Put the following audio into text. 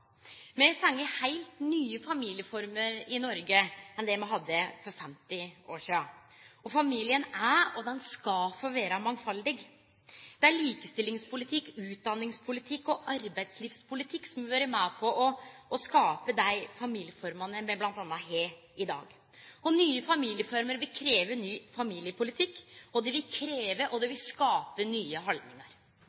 Me har fått heilt nye familieformer i Noreg enn det me hadde for 50 år sidan. Familien er – og skal få vere – mangfaldig. Det er likestillingspolitikk, utdanningspolitikk og arbeidslivspolitikk som har vore med på å skape dei familieformene me bl.a. har i dag. Og nye familieformer vil krevje ny familiepolitikk, og det vil krevje – og det